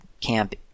camp